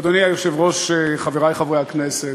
אדוני היושב-ראש, חברי חברי הכנסת,